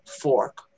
fork